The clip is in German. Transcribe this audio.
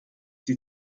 die